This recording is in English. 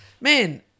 man